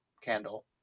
candle